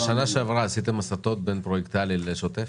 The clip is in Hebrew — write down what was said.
בשנה שעברה עשיתם הסטות בין פרויקטלי לשוטף?